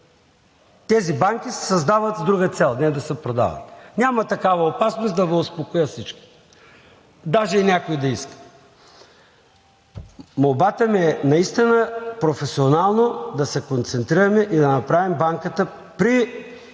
Тези банки се създават с друга цел, а не да се продават. Няма такава опасност, да Ви успокоя всички, даже и някой да иска. Молбата ми е наистина професионално да се концентрираме и да направим Банката при